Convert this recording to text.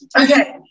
Okay